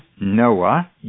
Noah